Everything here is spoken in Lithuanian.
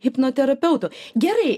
hipnoterapeutu gerai